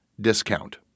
discount